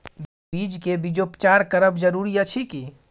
बीज के बीजोपचार करब जरूरी अछि की?